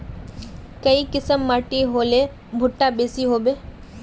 काई किसम माटी होले भुट्टा बेसी होबे?